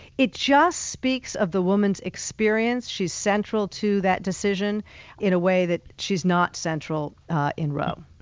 it just speaks of the woman's experience. she's central to that decision in a way that she's not central in roe.